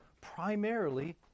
primarily